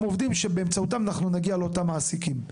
עובדים שבאמצעותם אנחנו נגיע לאותם מעסיקים.